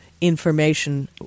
information